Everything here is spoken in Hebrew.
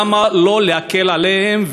למה לא להקל עליהם,